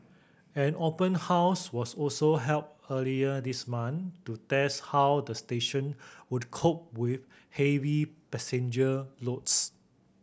an open house was also held earlier this month to test how the station would cope with heavy passenger loads